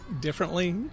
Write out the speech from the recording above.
differently